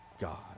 God